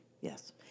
Yes